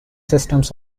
systems